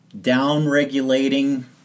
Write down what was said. down-regulating